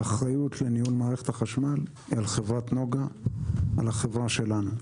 האחריות לניהול מערכת החשמל היא על חברת נגה שהיא החברה שלנו.